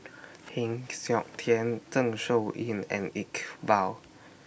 Heng Siok Tian Zeng Shouyin and Iqbal